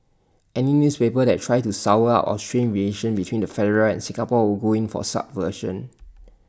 any newspaper that tries to sour up or strain relations between the federal and Singapore will go in for subversion